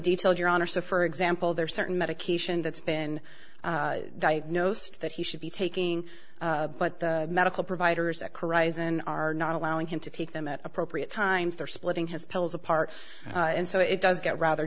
detailed your honor so for example there are certain medication that's been diagnosed that he should be taking but the medical providers at karate isn't are not allowing him to take them at appropriate times they're splitting his pills apart and so it does get rather